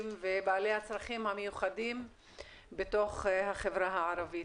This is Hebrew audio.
ובעלי הצרכים המיוחדים בתוך החברה הערבית.